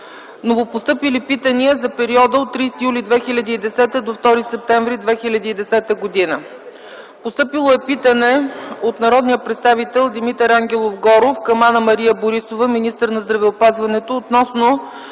Новопостъпили питания за периода от 30 юли до 2 септември 2010 г.: Питане от народния представител Димитър Ангелов Горов към Анна-Мария Борисова – министър на здравеопазването, относно